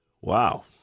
Wow